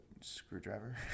screwdriver